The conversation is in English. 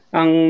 ang